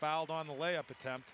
filed on the lay up attemp